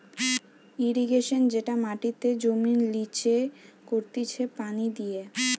irrigation যেটা মাটিতে জমির লিচে করতিছে পানি দিয়ে